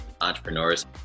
entrepreneurs